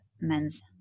men's